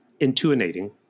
intuinating